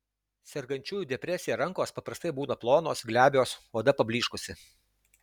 sergančiųjų depresija rankos paprastai būna plonos glebios oda pablyškusi